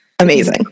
amazing